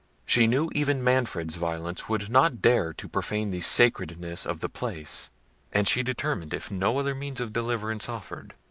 she knew even manfred's violence would not dare to profane the sacredness of the place and she determined, if no other means of deliverance offered,